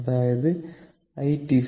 അതാണ് i